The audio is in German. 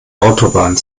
autobahn